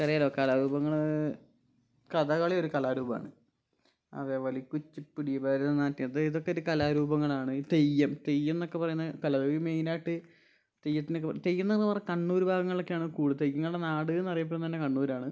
ചില കലാരൂപങ്ങൾ കഥകളി ഒരു കലാരൂപമാണ് അതേപോലെ കുച്ചിപ്പുടി ഭരതനാട്യം ഇതൊക്കെ ഒരു കലാരൂപങ്ങളാണ് തെയ്യം തെയ്യം എന്നൊക്കെ പറയുന്ന കല മെയിനായിട്ട് തെയ്യത്തിനൊക്കെ തെയ്യം എന്നൊക്കെ പറഞ്ഞാൽ കണ്ണൂർ ഭാഗങ്ങളൊക്കെയാണ് കൂടുതൽ തെയ്യങ്ങളുടെ നാടെന്ന് അറിയപ്പെടുന്നത് തന്നെ കണ്ണൂരാണ്